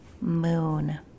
moon